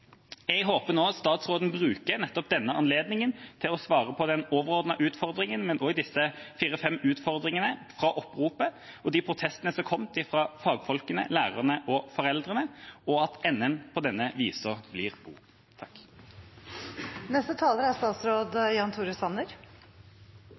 svare på den overordnede utfordringen, men også disse fire utfordringene fra oppropet og de protestene som har kommet fra fagfolk, lærere og foreldre – og at enden på denne visa blir god.